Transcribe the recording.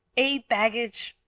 a bag-gage,